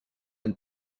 and